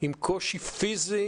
עם קושי פיזי,